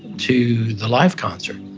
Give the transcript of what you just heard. to the live concert.